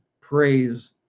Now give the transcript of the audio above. praise